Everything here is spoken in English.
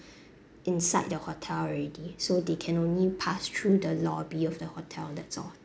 inside the hotel already so they can only pass through the lobby of the hotel that's all